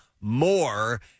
more